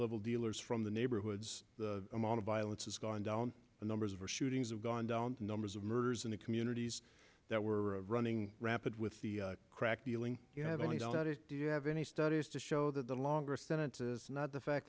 level dealers from the neighborhoods the amount of violence has gone down the numbers of the shootings have gone down the numbers of murders in the communities that were running rapid with the crack dealing you have do you have any studies to show that the longer sentences not the fact